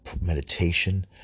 meditation